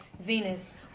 Venus